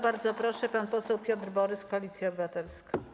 Bardzo proszę, pan poseł Piotr Borys, Koalicja Obywatelska.